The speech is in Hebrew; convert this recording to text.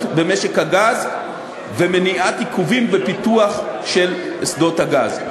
במשק הגז ומניעת עיכובים בפיתוח של שדות הגז.